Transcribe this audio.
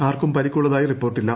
ആർക്കും പരിക്കുള്ളതായി റിപ്പോർട്ടില്ല